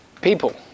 people